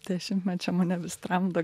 dešimtmečio mane vis tramdo